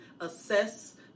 assess